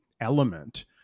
element